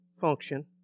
function